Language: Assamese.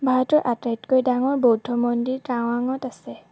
ভাৰতৰ আটাইতকৈ ডাঙৰ বৌদ্ধ মন্দিৰ টাৱাঙত আছে